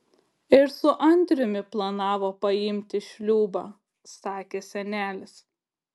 ir su andriumi planavo paimti šliūbą sakė senelis